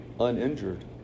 uninjured